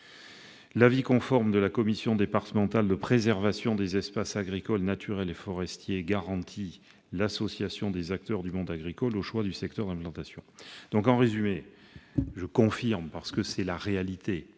L'avis conforme de la commission départementale de préservation des espaces agricoles, naturels et forestiers garantira, en outre, l'association des acteurs du monde agricole au choix du secteur d'implantation. En résumé, je vous confirme donc la possibilité,